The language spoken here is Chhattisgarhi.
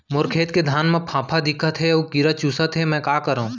मोर खेत के धान मा फ़ांफां दिखत हे अऊ कीरा चुसत हे मैं का करंव?